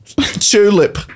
tulip